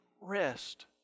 rest